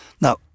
Now